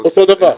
אותו דבר.